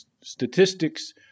statistics